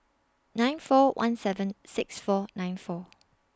nine four one seven six four nine four